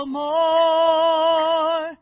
more